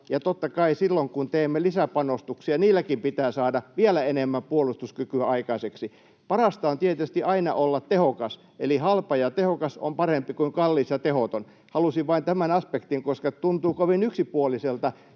ja totta kai silloin kun teemme lisäpanostuksia, niilläkin pitää saada vielä enemmän puolustuskykyä aikaiseksi. Parasta on tietysti aina olla tehokas, eli halpa ja tehokas on parempi kuin kallis ja tehoton. Halusin vain tuoda tämän aspektin, koska tuntuu kovin yksipuoliselta,